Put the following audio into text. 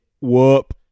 whoop